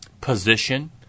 position